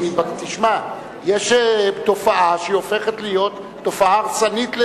יש תופעה שהופכת להיות תופעה הרסנית,